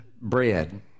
bread